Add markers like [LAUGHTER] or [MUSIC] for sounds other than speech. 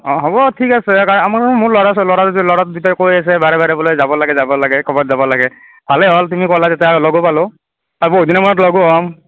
অ হ'ব ঠিক আছে [UNINTELLIGIBLE] মোৰ ল'ৰা দুটাৱে কৈ আছে বাৰে বাৰে বোলে যাব লাগে যাব লাগে ক'ৰবাত যাব লাগে ভালে হ'ল তুমি ক'লা যেতিয়া লগো পালোঁ আৰু বহুত দিনৰ মূৰত লগো হ'ম